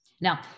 Now